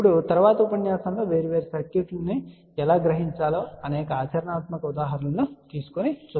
ఇప్పుడు తరువాతి ఉపన్యాసంలో వేర్వేరు సర్క్యూట్లను ఎలా గ్రహించాలో అనేక ఆచరణాత్మక ఉదాహరణలను తీసుకోబోతున్నాము